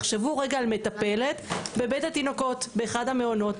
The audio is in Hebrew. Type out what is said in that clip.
תחשבו רגע על מטפלת בבית התינוקות באחד המעונות,